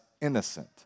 innocent